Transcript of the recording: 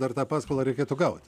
dar tą paskolą reikėtų gauti